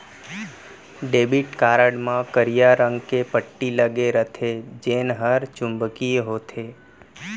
debit card म करिया रंग के पट्टी लगे रथे जेन हर चुंबकीय होथे